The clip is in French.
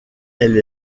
elle